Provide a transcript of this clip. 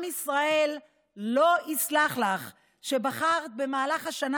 עם ישראל לא יסלח לך על שבחרת במהלך השנה